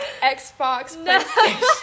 Xbox